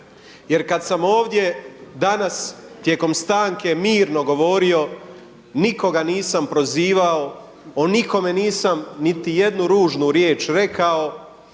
Jer kad sam ovdje danas tijekom stanke mirno govorio nikoga nisam prozivao, o nikome nisam niti jednu ružnu riječ rekao.